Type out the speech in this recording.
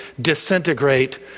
disintegrate